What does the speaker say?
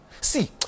See